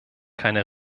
keine